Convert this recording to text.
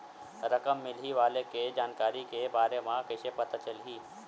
रकम मिलही वाले के जानकारी के बारे मा कइसे पता चलही?